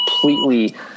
completely